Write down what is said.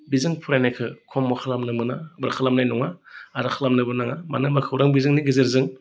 बिजों फरायनायखौ खमबो खालामनो मोना बा खालामनाय नङा आरो खालामनोबो नाङा मानो होनबा खौरां बिजोंनि गेजेरजों